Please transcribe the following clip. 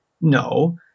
No